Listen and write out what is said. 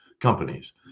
companies